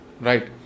right